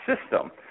system